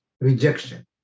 rejection